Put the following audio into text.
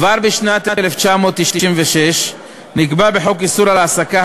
כבר בשנת 1996 נקבע בחוק איסור העסקה,